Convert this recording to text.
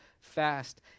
fast